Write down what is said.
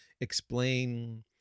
explain